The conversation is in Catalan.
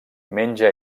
menja